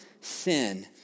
sin